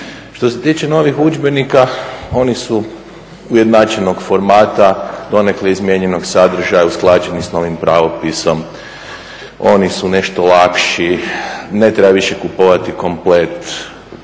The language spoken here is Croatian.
Što se tiče novih udžbenika oni su ujednačenog formata, donekle izmijenjenog sadržaja usklađeni s novim pravopisom, oni su nešto lakši, ne treba više kupovati komplet